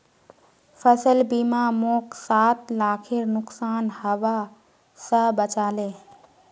फसल बीमा मोक सात लाखेर नुकसान हबा स बचा ले